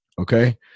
Okay